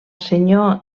senyor